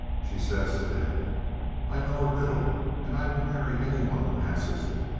she says to them i know a riddle and i will marry anyone who answers it,